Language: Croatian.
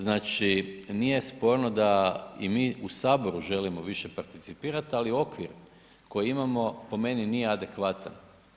Znači nije sporno da i mi u Saboru želimo više participirati ali okvir koji imamo po meni nije adekvatan.